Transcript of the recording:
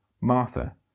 Martha